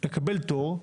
לקבל תור,